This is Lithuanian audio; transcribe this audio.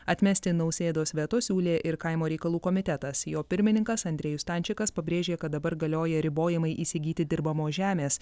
atmesti nausėdos veto siūlė ir kaimo reikalų komitetas jo pirmininkas andrejus stančikas pabrėžė kad dabar galioja ribojimai įsigyti dirbamos žemės